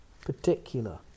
Particular